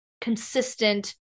consistent